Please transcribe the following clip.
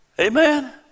Amen